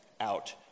out